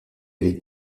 avec